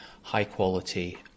high-quality